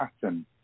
pattern